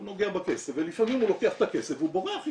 הוא נוגע בכסף ולפעמים הוא לוקח את הכסף והוא בורח איתו.